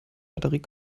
batterie